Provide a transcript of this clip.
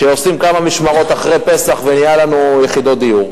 שעושים כמה משמרות אחרי פסח ונהיות לנו יחידות דיור,